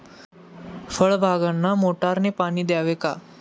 फळबागांना मोटारने पाणी द्यावे का?